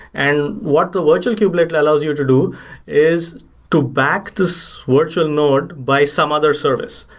and what the virtual kubelet allows you to do is to back this virtual node by some other service,